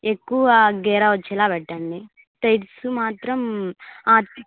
ఎక్కువ గేర వచ్చేలాగ పెట్టండి థ్రెడ్స్ మాత్రం